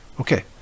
Okay